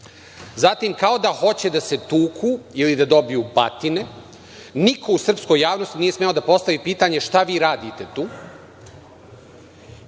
Zatim, kao da hoće da se tuku ili da dobiju batine. Niko u srpskoj javnosti nije smeo da postavi pitanje - šta vi radite tu?